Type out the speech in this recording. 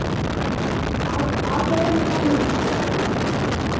आर आर कोन मिठाइ लेबै